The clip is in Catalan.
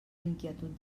inquietud